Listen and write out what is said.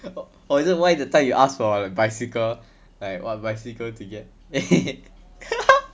oh oh is it why that time you asked for a bicycle like what bicycle to get